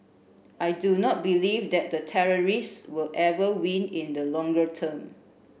I do not believe that the terrorists will ever win in the longer term